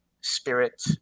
spirit